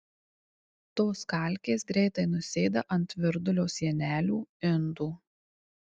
tos kalkės greitai nusėda ant virdulio sienelių indų